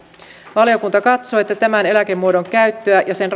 valiokunta katsoo että tämän eläkemuodon käyttöä ja sen